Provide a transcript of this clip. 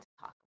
talk